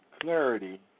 clarity